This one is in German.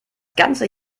ganze